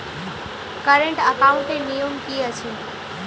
Current একাউন্টের নিয়ম কী আছে?